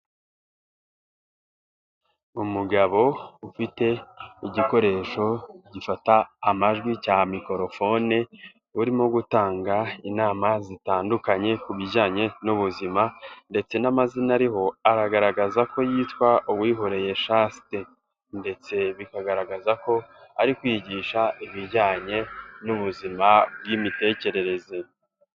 Umugabo ufite igikoresho gifata amajwi cya mikorofone, urimo gutanga inama zitandukanye ku bijyanye n'ubuzima ndetse n'amazina ariho aragaragaza ko yitwa Uwihoreye Chaste, ndetse bikagaragaza ko ari kwigisha ibijyanye n'ubuzima bw'imitekerereze.